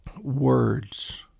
Words